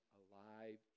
alive